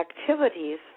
activities